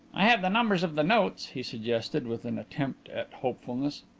i have the numbers of the notes, he suggested, with an attempt at hopefulness.